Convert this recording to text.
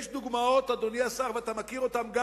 יש דוגמאות, אדוני השר, ואתה מכיר אותן.